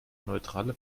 neutrale